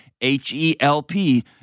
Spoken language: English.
H-E-L-P